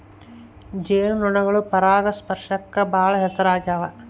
ಜೇನು ನೊಣಗಳು ಪರಾಗಸ್ಪರ್ಶಕ್ಕ ಬಾಳ ಹೆಸರಾಗ್ಯವ